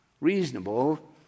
reasonable